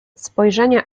spojrzenie